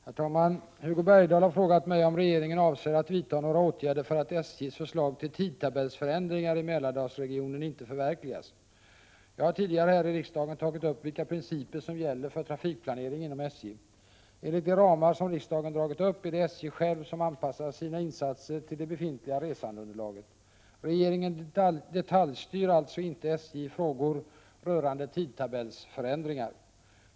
Herr talman! Hugo Bergdahl har frågat mig om regeringen avser att vidta några åtgärder för att SJ:s förslag till tidtabellsförändringar i Mälardalsregionen inte förverkligas. Jag har tidigare här i riksdagen tagit upp vilka principer som gäller för trafikplanering inom SJ. Enligt de ramar som riksdagen dragit upp är det SJ självt som anpassar sina insatser till det befintliga resandeunderlaget. Regeringen detaljstyr alltså inte SJ i frågor rörande tidtabellsförändringar.